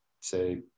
say